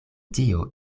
tio